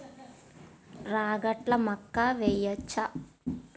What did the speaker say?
రాగట్ల మక్కా వెయ్యచ్చా?